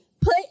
put